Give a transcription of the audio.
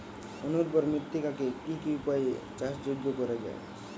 অনুর্বর মৃত্তিকাকে কি কি উপায়ে চাষযোগ্য করা যায়?